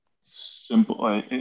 simple